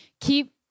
Keep